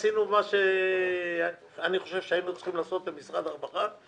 עשינו מה שאני חושב שהיינו צריכים לעשות במשרד הרווחה,